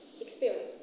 experience